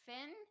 Finn